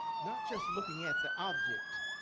not just looking at the object,